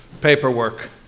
paperwork